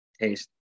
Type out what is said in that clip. taste